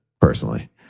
personally